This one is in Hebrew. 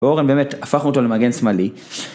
ואורן, באמת, הפכנו אותו למגן שמאלי...